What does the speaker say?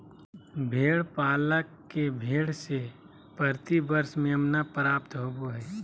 भेड़ पालक के भेड़ से प्रति वर्ष मेमना प्राप्त होबो हइ